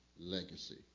legacy